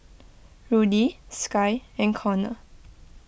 Rudy Skye and Konner